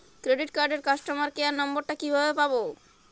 Credit কার্ডের customer care number টা কিভাবে পাবো?